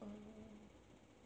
um